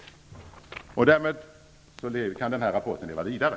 Därmed kan den här rapporten leva vidare.